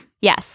Yes